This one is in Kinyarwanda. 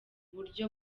buryo